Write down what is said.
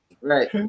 right